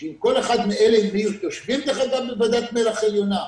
שאם כל אחד מאלה היו יושבים בוועדת מל"ח עליונה,